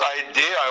idea